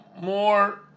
more